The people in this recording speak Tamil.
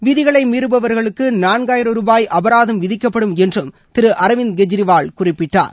விதிகளை மீறுபவர்களுக்கு நான்காயிரம் ரூபாய் அபராதம் விதிக்கப்படும் என்றும் திரு அரவிந்த் கெஜ்ரிவால் குறிப்பிட்டார்